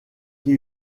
qui